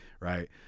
right